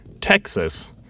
Texas